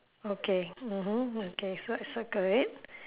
okay mmhmm okay so I circle it